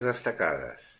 destacades